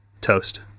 Toast